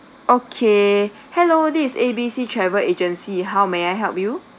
okay hello this A B C travel agency how may I help you